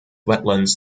wetlands